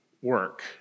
work